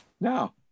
Now